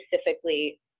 specifically